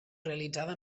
realitzada